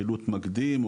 חילוט מקדים,